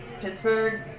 Pittsburgh